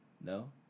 no